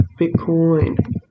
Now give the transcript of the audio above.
Bitcoin